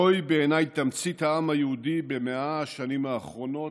זוהי בעיני תמצית העם היהודי במאה השנים האחרונות.